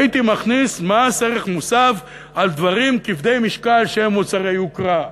הייתי מכניס מס ערך מוסף על דברים כבדי משקל שהם מוצרי יוקרה,